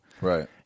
Right